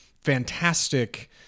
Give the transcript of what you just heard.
fantastic